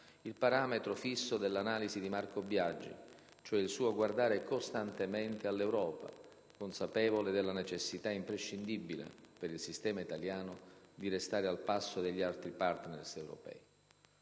il parametro fisso dell'analisi di Marco Biagi, cioè il suo guardare costantemente all'Europa, consapevole della necessità imprescindibile, per il sistema italiano, di restare al passo degli altri partner europei.